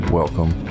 welcome